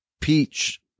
peach